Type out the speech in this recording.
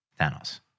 Thanos